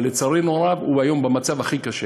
אבל, לצערנו הרב, כיום הוא במצב הכי קשה.